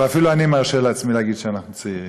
ואפילו אני מרשה לעצמי להגיד שאנחנו צעירים.